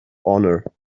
honor